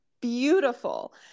beautiful